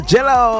Jello